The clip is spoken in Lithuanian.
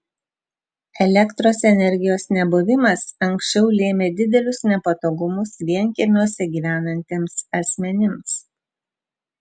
elektros energijos nebuvimas anksčiau lėmė didelius nepatogumus vienkiemiuose gyvenantiems asmenims